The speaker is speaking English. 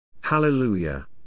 Hallelujah